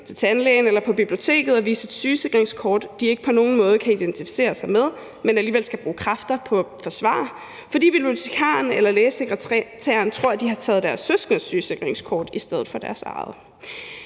til tandlægen eller på biblioteket og vise et sygesikringskort, de ikke på nogen måde kan identificere sig med, men alligevel skal bruge kræfter på at forsvare sig, fordi bibliotekaren eller lægesekretæren tror, at de har taget deres søskendes sygesikringskort i stedet for deres eget.